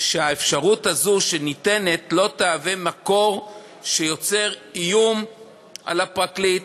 שהאפשרות הזאת שניתנת לא תהווה מקור שיוצר איום על הפרקליט,